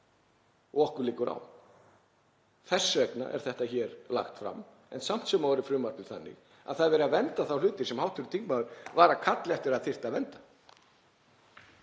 Og okkur liggur á. Þess vegna er þetta lagt hér fram. En samt sem áður er frumvarpið þannig að það er verið að vernda þá hluti sem hv. þingmaður var að kalla eftir að þyrfti að vernda.